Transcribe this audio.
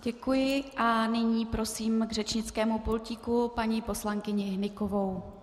Děkuji a nyní prosím k řečnickému pultíku paní poslankyni Hnykovou.